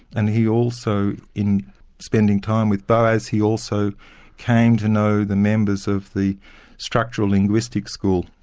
and he also, in spending time with boas, he also came to know the members of the structural linguistic school,